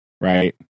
right